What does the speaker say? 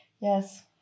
Yes